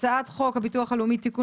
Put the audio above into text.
הצעת חוק הביטוח הלאומי (תיקון,